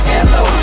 Hello